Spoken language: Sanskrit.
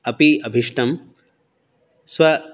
अपि अभीष्टं स्व